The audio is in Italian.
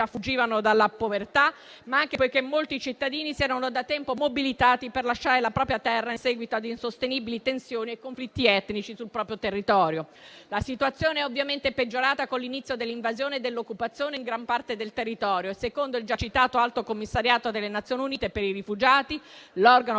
fuggivano dalla povertà, sia perché molti cittadini si erano da tempo mobilitati per lasciare la propria terra in seguito a insostenibili tensioni e conflitti etnici sul proprio territorio. La situazione è ovviamente peggiorata con l'inizio dell'invasione e dell'occupazione in gran parte del territorio e - secondo il già citato Alto commissariato delle Nazioni Unite per i rifugiati, l'organo